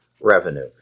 revenue